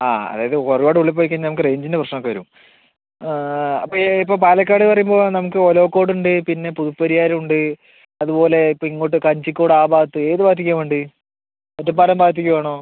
ആ അതായത് ഒരുപാട് ഉൾ പോയിക്കഴിഞ്ഞാൽ നമുക്ക് റേഞ്ചിൻ്റ പ്രശ്നം ഒക്കെ വരും അപ്പം ഈ ഇപ്പം പാലക്കാട് പറയുമ്പം നമുക്ക് ഒലവക്കോട് ഉണ്ട് പിന്നെ പുതുപ്പരിയാരം ഉണ്ട് അതുപോലെ ഇപ്പം ഇങ്ങോട്ട് കഞ്ചിക്കോട് ആ ഭാഗത്ത് ഏത് ഭാഗത്തേക്കാണ് വേണ്ടത് ഒറ്റപ്പാലം ഭാഗത്തേക്ക് വേണോ